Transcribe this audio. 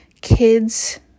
kids